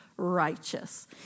Righteous